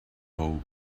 hope